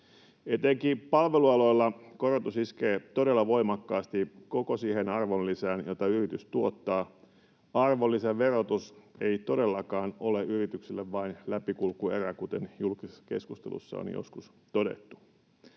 Etenkin palvelualoilla korotus iskee todella voimakkaasti koko siihen arvonlisään, jota yritys tuottaa. Arvonlisäverotus ei todellakaan ole yrityksille vain läpikulkuerä, kuten julkisessa keskustelussa on joskus todettu.